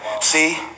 See